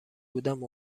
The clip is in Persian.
بودم